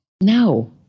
No